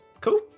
Cool